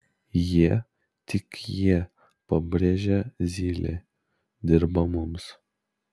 jie tik jie pabrėžė zylė dirba mums